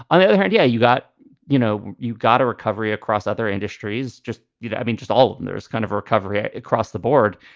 on the other hand, yeah, you got you know, you got a recovery across other industries. just, you know, i mean, just all of and there's kind of recovery across the board,